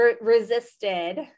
resisted